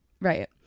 right